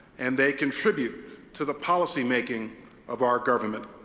and they contribute to the policymaking of our government.